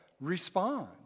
Respond